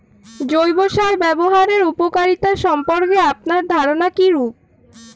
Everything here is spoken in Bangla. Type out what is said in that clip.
জৈব সার ব্যাবহারের উপকারিতা সম্পর্কে আপনার ধারনা কীরূপ?